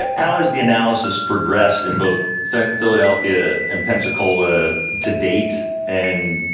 ah how has the analysis progressed in both philadelphia and pensacola to date, and